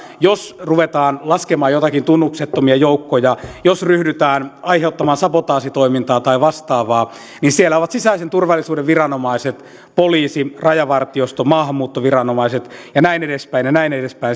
jos ruvetaan laskemaan jotakin tunnuksettomia joukkoja tai jos ryhdytään aiheuttamaan sabotaasitoimintaa tai vastaavaa siellä ovat sisäisen turvallisuuden viranomaiset poliisi rajavartiosto maahanmuuttoviranomaiset ja näin edespäin